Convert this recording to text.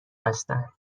هستن